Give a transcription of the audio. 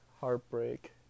heartbreak